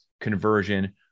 conversion